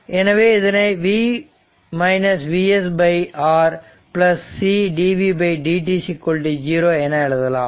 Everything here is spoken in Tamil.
எனவே இதனை V Vs R c dvd 0 என எழுதலாம்